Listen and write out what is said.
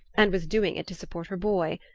and was doing it to support her boy.